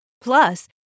Plus